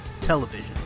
television